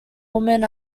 woman